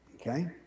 Okay